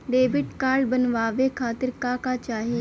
Debit card बनवावे खातिर का का चाही?